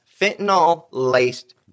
fentanyl-laced